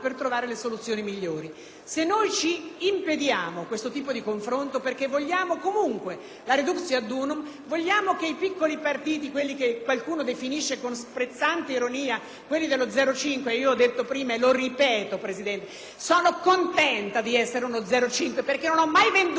sparizione dei piccoli partiti, quelli che qualcuno definisce con sprezzante ironia quelli dello 0,5 per cento. L'ho detto prima e lo ripeto, Presidente: sono contenta di essere uno 0,5 per cento, perché non ho mai venduto la mia storia, non ho mai venduto la mia cultura a nessuno. Ho fatto alleanze, ma sono rimasta quella che ero; sono repubblicana,